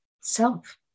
self